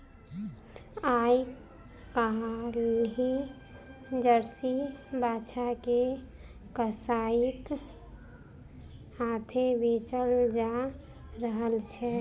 आइ काल्हि जर्सी बाछा के कसाइक हाथेँ बेचल जा रहल छै